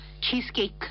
cheesecake